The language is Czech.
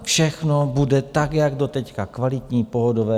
Všechno bude tak jak doteď, kvalitní pohodové.